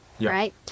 right